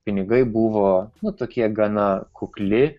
pinigai buvo tokie gana kukli